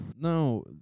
no